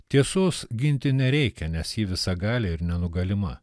tiesos ginti nereikia nes ji visagalė ir nenugalima